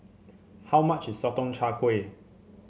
how much is Sotong Char Kway